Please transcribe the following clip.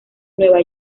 nueva